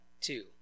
two